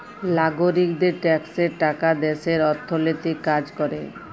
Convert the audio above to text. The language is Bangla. লাগরিকদের ট্যাক্সের টাকা দ্যাশের অথ্থলৈতিক কাজ ক্যরে